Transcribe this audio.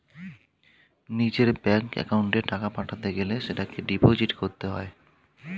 নিজের ব্যাঙ্ক অ্যাকাউন্টে টাকা পাঠাতে গেলে সেটাকে ডিপোজিট করতে হয়